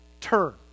turn